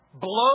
Blow